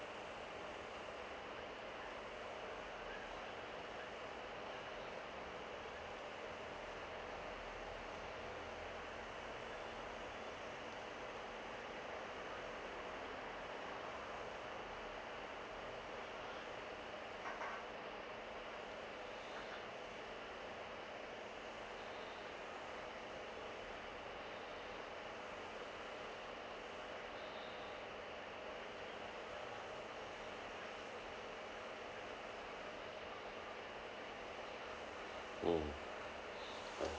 mm